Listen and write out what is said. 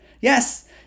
Yes